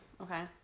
Okay